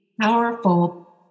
powerful